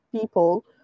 people